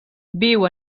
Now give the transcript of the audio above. viu